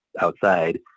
outside